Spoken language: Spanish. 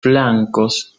flancos